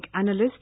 Analyst